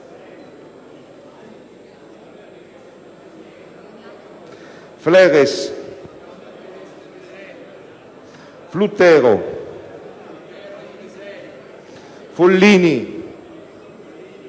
Fleres, Fluttero, Follini,